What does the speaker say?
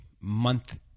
month